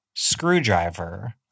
Screwdriver